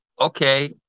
okay